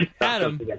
Adam